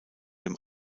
dem